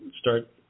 start